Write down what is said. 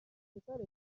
پسرش